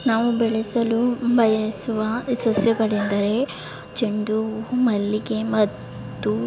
ನಾವು ಬೆಳೆಸಲು ಬಯಸುವ ಸಸ್ಯಗಳೆಂದರೆ ಚೆಂಡು ಹೂ ಮಲ್ಲಿಗೆ ಮತ್ತು